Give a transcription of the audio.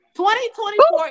2024